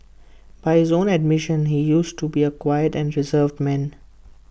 by his own admission he used to be A quiet and reserved man